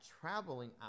traveling